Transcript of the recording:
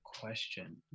question